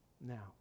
now